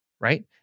Right